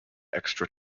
extra